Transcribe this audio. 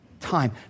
Time